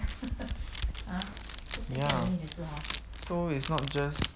ya so it's not just